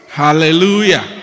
Hallelujah